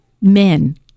Men